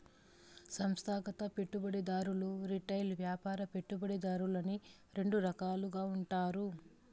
సంస్థాగత పెట్టుబడిదారులు రిటైల్ వ్యాపార పెట్టుబడిదారులని రెండు రకాలుగా ఉంటారు